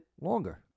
longer